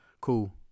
Cool